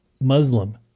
Muslim